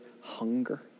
hunger